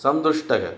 सन्तुष्टः